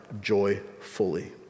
joyfully